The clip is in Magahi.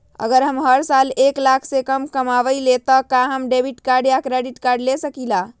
अगर हम हर साल एक लाख से कम कमावईले त का हम डेबिट कार्ड या क्रेडिट कार्ड ले सकीला?